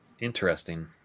interesting